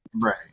right